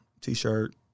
T-shirt